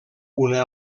una